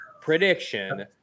prediction